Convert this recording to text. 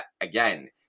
Again